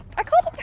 i called.